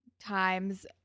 times